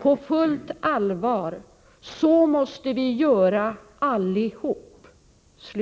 På fullt allvar: Så måste vi göra allihop!” Det